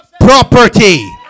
property